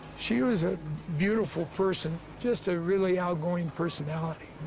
she was a beautiful person. just a really outgoing personality.